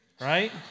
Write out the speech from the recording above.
right